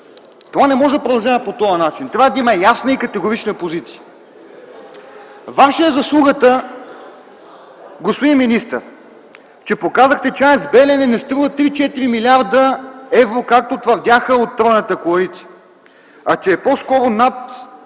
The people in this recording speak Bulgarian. Това не може да продължава по този начин. Трябва да има ясна и категорична позиция. Ваша е заслугата, господин министър, че показахте, че АЕЦ „Белене” не струва 3-4 млрд. евро, както твърдяха от тройната коалиция, а е по-скоро над